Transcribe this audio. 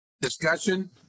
Discussion